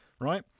Right